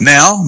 Now